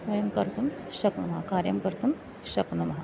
वयं कर्तुं शक्नुमः कार्यं कर्तुं शक्नुमः